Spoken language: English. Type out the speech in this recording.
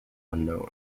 unknown